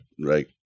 Right